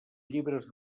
llibres